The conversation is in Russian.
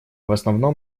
основном